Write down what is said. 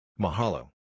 Mahalo